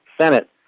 Senate